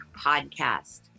Podcast